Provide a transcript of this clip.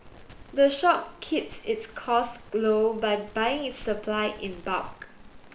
the shop keeps its costs low by buying its supply in bulk